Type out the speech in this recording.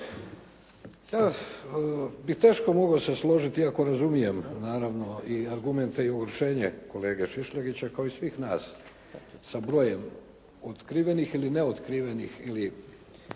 Ja bih teško mogao se složiti, iako razumijem naravno i argumente i objašnjenje kolege Šišljagića, kao i svih nas sa brojem otkrivenih ili neotkrivenih ili